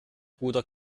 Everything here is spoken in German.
guter